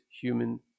human